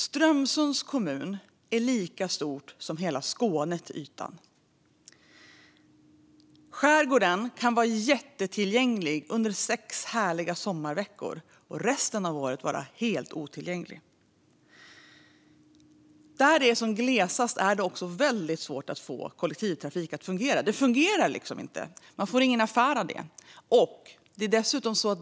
Strömsunds kommun är lika stor som hela Skåne till ytan. Skärgården kan vara jättetillgänglig under sex härliga sommarveckor men resten av året vara helt otillgänglig. Där det är som glesast är det också väldigt svårt att få kollektivtrafik att fungera. Det fungerar liksom inte; man får ingen affär av det.